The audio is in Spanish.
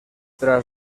tras